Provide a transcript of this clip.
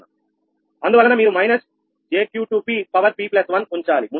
అందువలన మీరు మైనస్ 𝑗𝑄2𝑝1 ఉంచాలి ముందులాగా